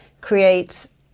creates